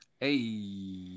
Hey